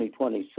2026